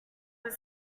were